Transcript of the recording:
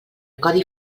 codi